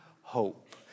hope